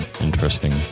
interesting